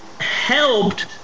helped